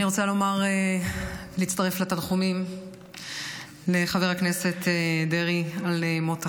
אני רוצה להצטרף לתנחומים לחבר הכנסת דרעי על מות אחיו.